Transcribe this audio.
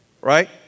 Right